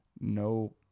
no